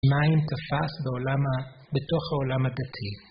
מים תפס בתוך העולם הדתי.